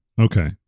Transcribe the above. Okay